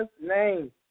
name